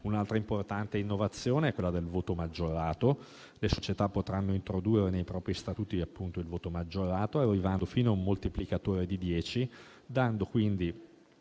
Un'altra importante innovazione è quella del voto maggiorato: le società potranno introdurre nei propri statuti, appunto, il voto maggiorato, arrivando fino a un moltiplicatore di dieci, dando quindi